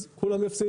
אז כולם יפסידו.